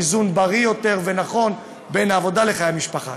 איזון בריא ונכון בין העבודה לחיי המשפחה.